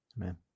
amen